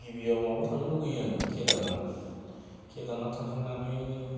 गिबियाव माबा थांनो लुगैयो आङो केदारनाथ केदारनाथ थांखांनानै